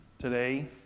today